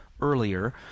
earlier